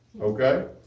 okay